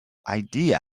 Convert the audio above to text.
idea